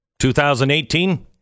2018